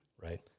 right